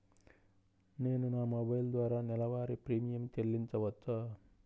నేను నా మొబైల్ ద్వారా నెలవారీ ప్రీమియం చెల్లించవచ్చా?